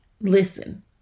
listen